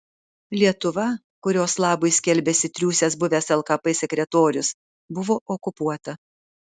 lietuva kurios labui skelbiasi triūsęs buvęs lkp sekretorius buvo okupuota